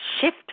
shift